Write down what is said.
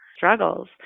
Struggles